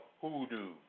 hoodoo